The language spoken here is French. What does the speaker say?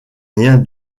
rien